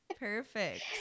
Perfect